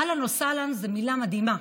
"אהלן וסהלן" הן מילים מדהימות,